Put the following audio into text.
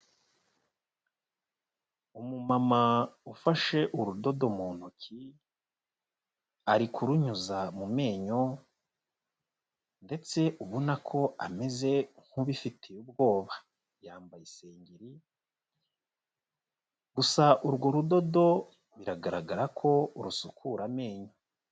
Umumama ufashe urudodo mu ntoki. Ari kurunyuza mu menyo ndetse ubona ko ameze' nk'ubifitoye ubwoba. Yambaye isengeri, gusa urwo rudodo biragaragara ko rusukura amenyo.